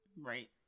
Right